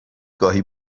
گاهی